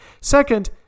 Second